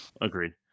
agreed